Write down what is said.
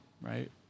right